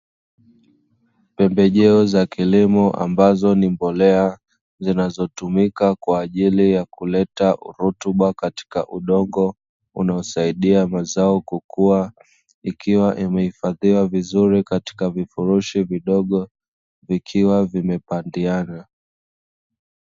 Pembejeo za kilimo ambazo ni mbolea, zinazotumika kwa ajili ya kuleta rutuba katika udongo, unaosaidia mazao kukua, ikiwa imehifadhiwa vizuri katika vifurushi vidogo vikiwa vimepandiana.